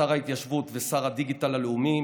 שר ההתיישבות ושר הדיגיטל הלאומי,